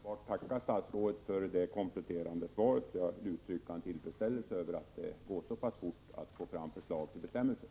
Herr talman! Jag vill då enbart tacka statsrådet för det kompletterande svaret och uttrycka min tillfredsställelse över att det går så fort att få fram förslag till bestämmelser.